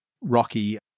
rocky